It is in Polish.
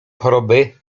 choroby